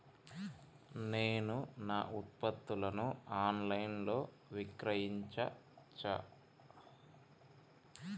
నేను నా ఉత్పత్తులను ఆన్ లైన్ లో విక్రయించచ్చా?